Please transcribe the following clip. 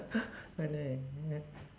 oh no